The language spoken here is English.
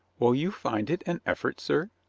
will you find it an effort, sir?